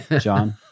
John